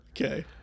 Okay